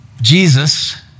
Jesus